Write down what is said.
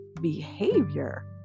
behavior